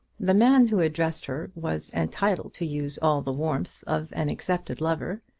the man who addressed her was entitled to use all the warmth of an accepted lover.